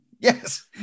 Yes